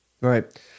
right